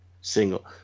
single